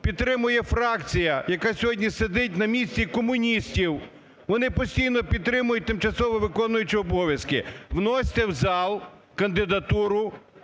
підтримує фракція, яка сьогодні сидить на місці і комуністів. Вони постійно підтримують тимчасово виконуючого обов'язки. Вносьте в зал кандидатуру.